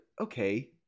okay